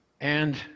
And-